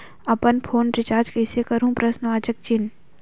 अपन phone recharge कइसे करहु?